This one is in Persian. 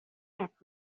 حرف